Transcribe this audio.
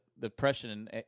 depression